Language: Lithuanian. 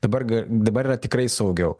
dabar ga dabar yra tikrai saugiau